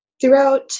Throughout